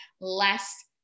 less